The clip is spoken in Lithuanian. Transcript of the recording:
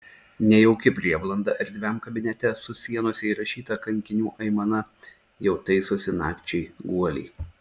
nejauki prieblanda erdviam kabinete su sienose įrašyta kankinių aimana jau taisosi nakčiai guolį